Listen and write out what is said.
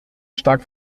stark